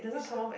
it's a